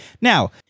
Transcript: now